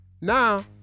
now